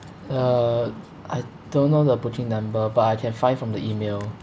uh I don't know the booking number but I can find from the email